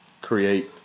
create